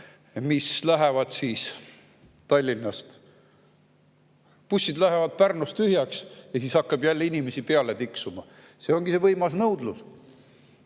mis lähevad Tallinnast. Bussid lähevad Pärnus tühjaks ja siis hakkab jälle inimesi peale tiksuma. See ongi see võimas nõudlus.